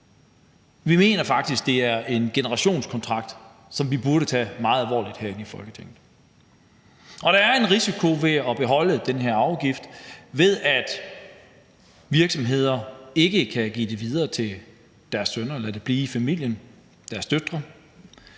Vi mener faktisk, det er en generationskontrakt, som vi burde tage meget alvorligt herinde i Folketinget. Og der er en risiko ved at beholde den her arveafgift, ved at virksomhedsejere ikke kan give virksomheden videre til deres sønner eller døtre og lade det blive i familien, men kan